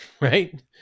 Right